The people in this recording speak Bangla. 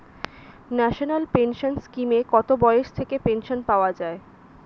ন্যাশনাল পেনশন স্কিমে কত বয়স থেকে পেনশন পাওয়া যায়?